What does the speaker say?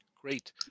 Great